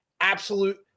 absolute